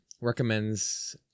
recommends